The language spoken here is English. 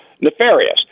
nefarious